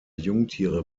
jungtiere